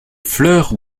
fleurs